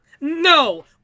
No